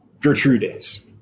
Gertrude's